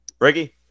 Reggie